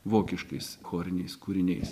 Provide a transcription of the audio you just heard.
vokiškais choriniais kūriniais